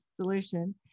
solution